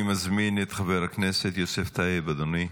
אני מזמין את חבר הכנסת יוסף טייב, אדוני.